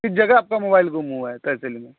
किस जगह आपका मोबाईल गुम हुआ है तेहसील में